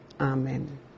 amen